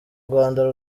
rwanda